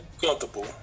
comfortable